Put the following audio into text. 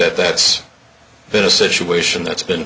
that that's been a situation that's been